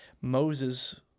Moses